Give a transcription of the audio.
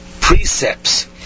precepts